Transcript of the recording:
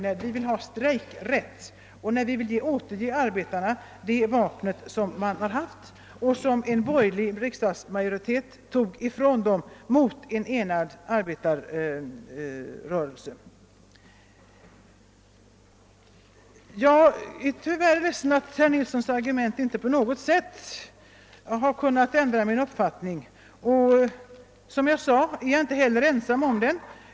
Nej, vi vill ha strejkrätt. Vi vill återge arbetarna det vapen de tidigare hade och som en borgerlig riksdagsmajoritet tog ifrån dem mot en enad arbetarrörelse. Herr Nilssons argument har inte på något sätt kunnat ändra min uppfattning och jag är, som jag sade, inte heller ensam om den.